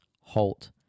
halt